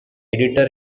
editor